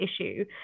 issue